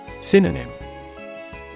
Synonym